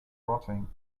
rotting